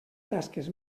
tasques